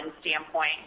standpoint